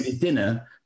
dinner